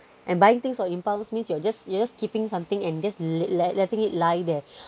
and buying things on impulse means you're just you're just keeping something and just let letting it lie there